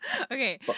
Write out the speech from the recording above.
okay